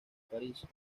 parís